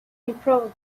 improve